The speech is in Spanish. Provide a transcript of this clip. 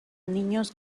niños